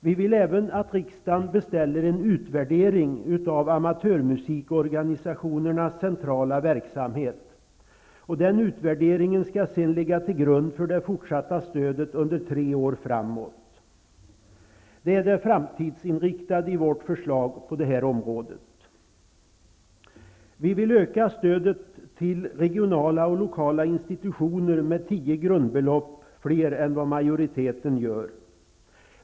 Vi vill även att riksdagen beställer en utvärdering av amatörmusikorganisationernas centrala verksamhet. Den utvärderingen skall sedan ligga till grund för det fortsatta stödet under tre år framåt. Det är det framtidsinriktade i vårt förslag på det här området. Vi vill öka stödet till regionala och lokala institutioner med tio grundbelopp fler än vad majoriten vill.